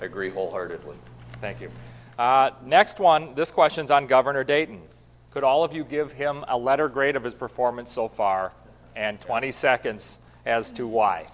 i agree wholeheartedly thank you next one this questions on governor dayton could all of you give him a letter grade of his performance so far and twenty seconds as to why